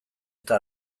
eta